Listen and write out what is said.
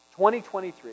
2023